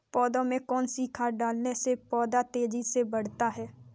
पौधे में कौन सी खाद डालने से पौधा तेजी से बढ़ता है?